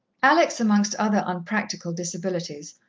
alex, amongst other unpractical disabilities,